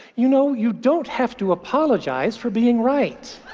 you know, you don't have to apologize for being right.